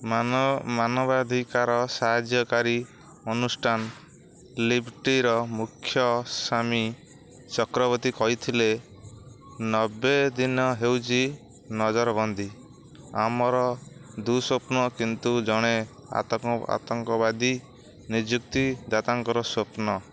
ମାନବାଧିକାର ସାହାଯ୍ୟକାରୀ ଅନୁଷ୍ଠାନ ଲିବ୍ଟିର ମୁଖ୍ୟ ଶାମି ଚକ୍ରବର୍ତ୍ତୀ କହିଥିଲେ ନବେ ଦିନ ହେଉଛି ନଜରବନ୍ଦୀ ଆମର ଦୁଃସ୍ୱପ୍ନ କିନ୍ତୁ ଜଣେ ଆତଙ୍କବାଦୀ ନିଯୁକ୍ତିଦାତାଙ୍କର ସ୍ୱପ୍ନ